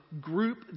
group